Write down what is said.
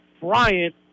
Bryant